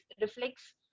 reflects